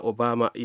Obama